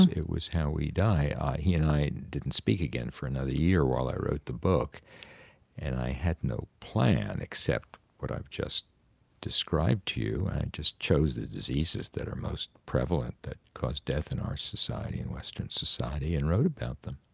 it was how we die. he and i didn't speak again for another year while i wrote the book and i had no plan except what i've just described to you and i just chose the diseases that are most prevalent that cause death in our society, in western society, and wrote about them.